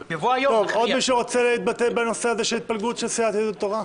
עוד מישהו רוצה להתבטא בנושא הזה של התפלגות סיעת יהדות התורה?